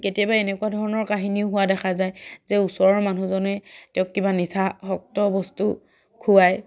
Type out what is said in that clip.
কেতিয়াবা এনেকুৱা ধৰণৰ কাহিনীও হোৱা দেখা যায় যে ওচৰৰ মানুহজনে তেওঁক কিবা নিচাসক্ত বস্তু খুৱায়